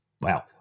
Wow